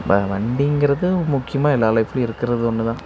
வ வண்டிங்கிறது முக்கியமாக எல்லா லைஃப்லேயும் இருக்கிறது ஒன்று தான்